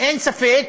ואין ספק